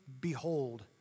behold